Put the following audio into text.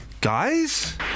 Guys